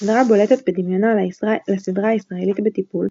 הסדרה בולטת בדמיונה לסדרה הישראלית "בטיפול"